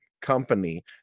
company